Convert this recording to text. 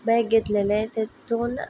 बेग घेतलेले तेतून